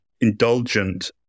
indulgent